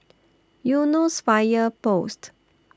Eunos Fire Post